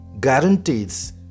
guarantees